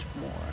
more